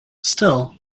still